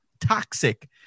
toxic